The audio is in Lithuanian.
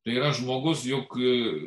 tai yra žmogus juk